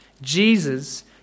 Jesus